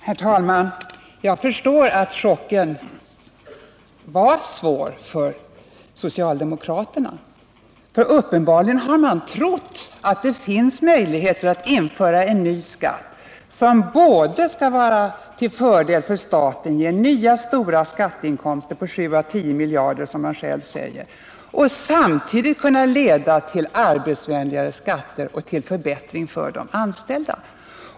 Herr talman! Jag förstår att chocken var svår för socialdemokraterna. Uppenbarligen har man trott att det finns möjligheter att införa en ny skatt som skulle vara till fördel för staten och ge nya stora skatteinkomster på 7—-10 miljarder, som socialdemokraterna själva säger, och samtidigt leda till arbetsvänligare skatter och en förbättring för de anställda.